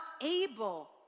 able